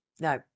No